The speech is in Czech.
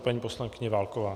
Paní poslankyně Válková.